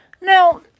Now